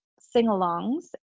sing-alongs